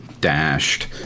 dashed